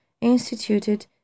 instituted